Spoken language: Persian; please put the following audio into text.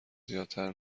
زیادتر